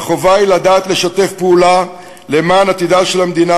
והחובה היא לדעת לשתף פעולה למען עתידה של המדינה,